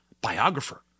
biographer